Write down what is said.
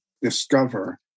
discover